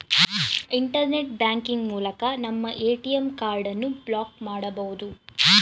internet banking ಮೂಲಕ ನಮ್ಮ ATM ಕಾರ್ಡನ್ನು ಬ್ಲಾಕ್ ಮಾಡಬೊದು